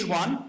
one